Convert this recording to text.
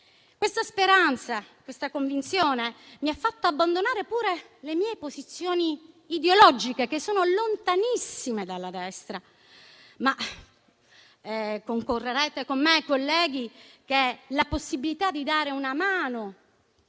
Questa speranza e questa convinzione mi hanno fatto abbandonare pure le mie posizioni ideologiche, che sono lontanissime dalla destra. Concorrerete con me, colleghi, che la possibilità di dare una mano